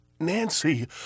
Nancy